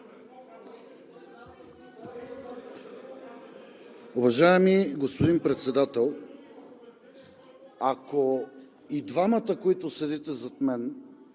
Уважаеми господин Председател, ако и двамата, които седите зад мен,